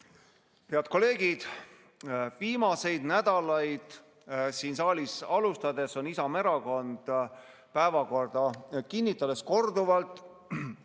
Head kolleegid! Viimaseid nädalaid siin saalis alustades on Isamaa Erakond päevakorda kinnitades korduvalt